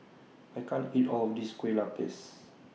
I can't eat All of This Kueh Lupis